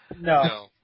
No